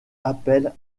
appel